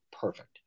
perfect